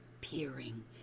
peering